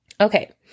Okay